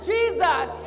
Jesus